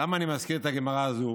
למה אני מזכיר את הגמרא הזו?